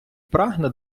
прагне